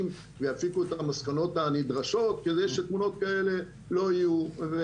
ויסיקו את המסקנות הנדרשות כדי שתמונות כאלה לא יהיו.